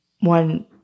one